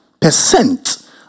percent